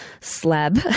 slab